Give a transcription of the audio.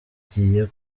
bagiye